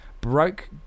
Broke